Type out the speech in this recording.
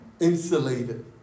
insulated